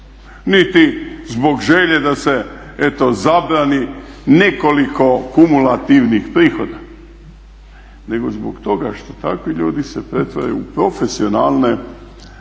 niti zbog želje da se eto zabrani nekoliko kumulativnih prihoda nego zbog toga što takvi ljudi se pretvaraju u profesionalne